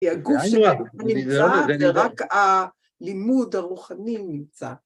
כי הגוף שלך נמצא ורק הלימוד הרוחני הוא נמצא.